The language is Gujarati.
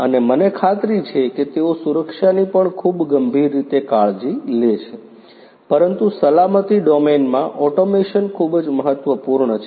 અને મને ખાતરી છે કે તેઓ સુરક્ષાની પણ ખૂબ ગંભીર રીતે કાળજી લે છે પરંતુ સલામતી ડોમેનમાં ઓટોમેશન ખૂબ જ મહત્વપૂર્ણ છે